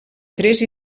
tres